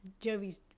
Jovi's